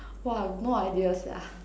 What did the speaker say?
!wow! no idea sia